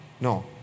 No